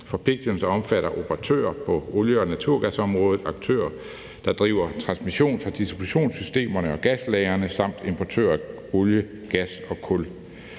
Forpligtelserne omfatter operatører på olie- og naturgasområdet, aktører, der driver transmission fra distributionssystemerne og gaslagrene, samt importører af olie, gas og kul.